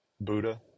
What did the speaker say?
Buddha